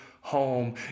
home